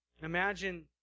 Imagine